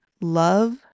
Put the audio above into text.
love